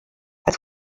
als